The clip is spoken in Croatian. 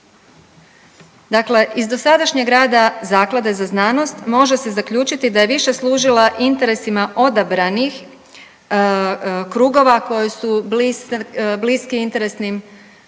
Dakle, iz dosadašnjeg rada zaklade za znanost može se zaključiti da je više služila interesima odabranih krugova koji su bliski interesnim ciljevima